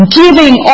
giving